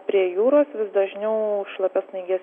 prie jūros vis dažniau šlapias snaiges